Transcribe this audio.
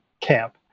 camp